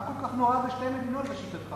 מה כל כך נורא בשתי מדינות לשיטתך?